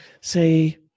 say